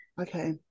Okay